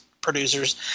producers